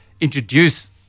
introduce